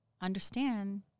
understand